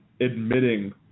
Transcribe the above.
admitting